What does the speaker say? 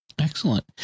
Excellent